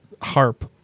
harp